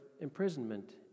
imprisonment